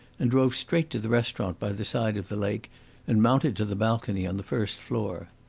and drove straight to the restaurant by the side of the lake and mounted to the balcony on the first floor.